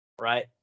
right